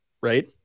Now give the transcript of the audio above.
Right